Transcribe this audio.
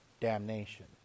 damnation